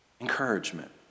encouragement